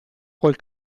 col